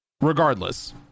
Regardless